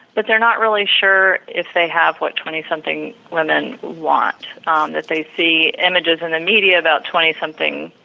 but they are not really sure if they have what twenty something women want um that they see images in the media about twenty something,